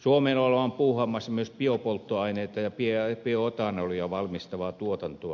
suomeen ollaan puuhaamassa myös biopolttoaineita ja bioetanolia valmistavaa tuotantoa